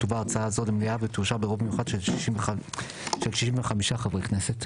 תובא הצעה זו למליאה ותאושר ברוב מיוחד של 65 חברי כנסת'.